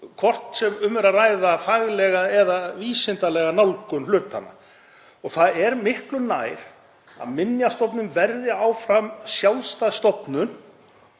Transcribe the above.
hvort sem um er að ræða faglega eða vísindalega nálgun hlutanna. Það er miklu nær að Minjastofnun verði áfram sjálfstæð stofnun,